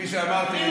כפי שאמרתי,